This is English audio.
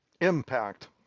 impact